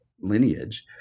lineage